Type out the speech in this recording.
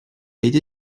été